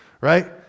Right